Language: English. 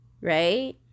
right